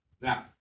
Now